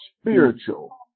spiritual